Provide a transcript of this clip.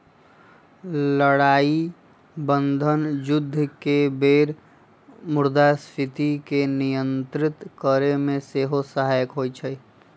लड़ाइ बन्धन जुद्ध के बेर मुद्रास्फीति के नियंत्रित करेमे सेहो सहायक होइ छइ